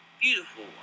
beautiful